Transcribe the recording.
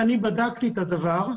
ואני בדקתי את הדבר,